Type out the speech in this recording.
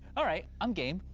all right, i'm game.